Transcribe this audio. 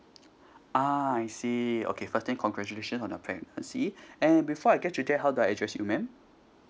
ah I see okay first thing congratulations on your pregnancy and before I get to that how do I address you ma'am